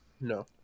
no